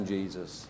Jesus